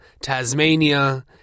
Tasmania